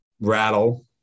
rattle